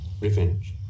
revenge